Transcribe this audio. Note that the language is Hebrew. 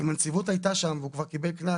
שאם הנציבות הייתה שם והוא כבר קיבל קנס